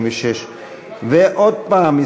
עוד פעם,